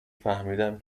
فهمیدم